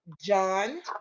john